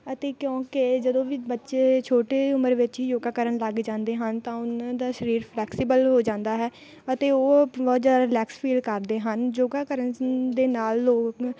ਅਤੇ ਕਿਉਂਕਿ ਜਦੋਂ ਵੀ ਬੱਚੇ ਛੋਟੇ ਉਮਰ ਵਿੱਚ ਹੀ ਯੋਗਾ ਕਰਨ ਲੱਗ ਜਾਂਦੇ ਹਨ ਤਾਂ ਉਹਨਾਂ ਦਾ ਸਰੀਰ ਫਲੈਕਸੀਬਲ ਹੋ ਜਾਂਦਾ ਹੈ ਅਤੇ ਉਹ ਬਹੁਤ ਜ਼ਿਆਦਾ ਰਿਲੈਕਸ ਫੀਲ ਕਰਦੇ ਹਨ ਯੋਗਾ ਕਰਨ ਦੇ ਨਾਲ ਲੋਕ